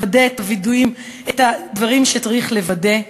לוודא את הדברים שצריך לוודא.